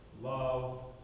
love